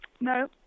No